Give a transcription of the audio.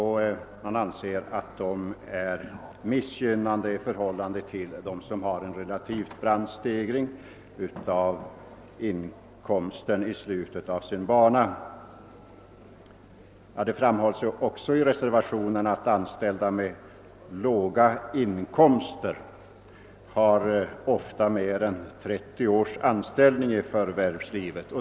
Han anser att dessa är missgynnade i förhållande till dem som har en relativt brant stegring av inkomsten i slutet av sin bana. Det framhålles också i reservationen, att personer med låga inkomster ofta har mer än 30 års anställning i förvärvslivet.